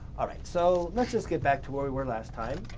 all right, so let's just get back to where we were last time.